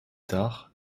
tard